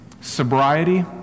sobriety